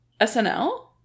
SNL